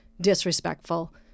disrespectful